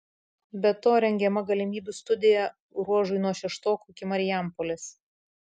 be to rengiama galimybių studija ruožui nuo šeštokų iki marijampolės